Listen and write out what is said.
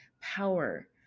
power